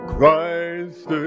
Christ